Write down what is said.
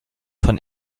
von